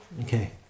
Okay